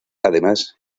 además